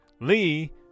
Lee